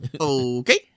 Okay